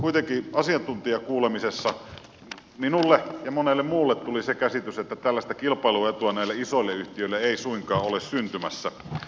kuitenkin asiantuntijakuulemisessa minulle ja monelle muulle tuli se käsitys että tällaista kilpailuetua näille isoille yhtiöille ei suinkaan ole syntymässä